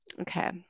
Okay